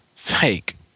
fake